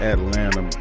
Atlanta